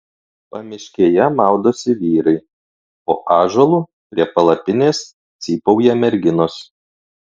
pamiškėje maudosi vyrai po ąžuolu prie palapinės cypauja merginos